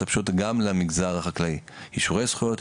הפשוטות גם למגזר החקלאי: אישורי זכויות,